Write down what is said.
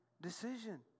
decision